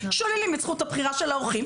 שוללים את זכות הבחירה של ההורים